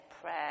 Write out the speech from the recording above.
prayer